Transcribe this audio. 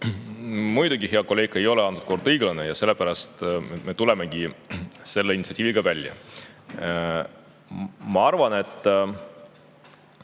Muidugi, hea kolleeg, ei ole olukord õiglane. Sellepärast me tulemegi selle initsiatiiviga välja. Ma arvan, et